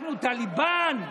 אנחנו טליבאן?